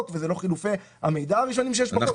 וזה לא חילופי המידע האחרונים שיש בחוק.